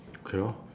okay lor